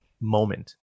moment